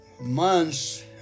months